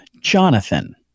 Jonathan